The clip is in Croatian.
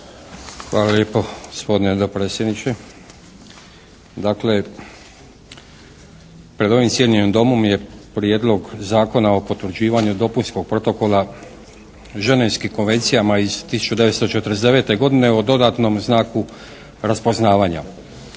Hvala lijepo gospodine dopredsjedniče. Dakle, pred ovim cijenjenim Domom je Prijedlog Zakona o potvrđivanju dopunskog protokola ženevskim konvencijama iz 1949. godine o dodatnom znaku raspoznavanja.